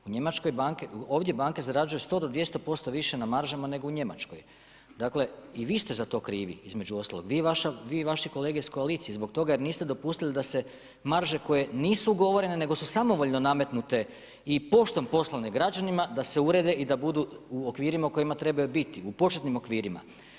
Ovdje banke zarađuju 100 do 200% više na maržama nego u Njemačkoj i vi ste za to krivi između ostalog, vi i vaši kolege iz koalicije zbog toga jer niste dopustili da se marže koje nisu ugovorene, nego su samovoljno nametnute i poštom poslane građanima da se urede i da budu u okvirima u kojima trebaju biti, u početnim okvirima.